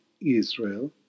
Israel